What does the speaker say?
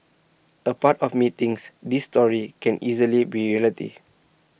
A part of me thinks these stories can easily be reality